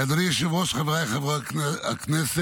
אדוני היושב-ראש, חבריי חברי הכנסת,